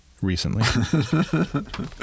Recently